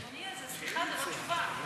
אדוני, סליחה, זו לא תשובה.